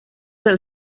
del